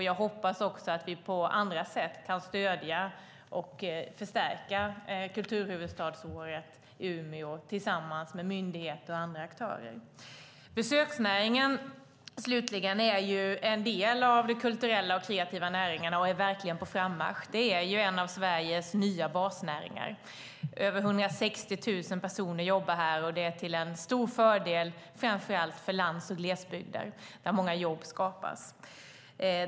Jag hoppas också att vi på andra sätt kan stödja och förstärka kulturhuvudstadsåret i Umeå tillsammans med myndigheter och andra aktörer. Besöksnäringen, slutligen, är en del av de kulturella och kreativa näringarna och är verkligen på frammarsch. Det är en av Sveriges nya basnäringar. Över 160 000 personer jobbar här, och det är till en stor fördel framför allt för lands och glesbygd, där många jobb skapas.